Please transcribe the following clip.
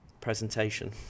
presentation